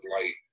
light